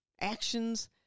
actions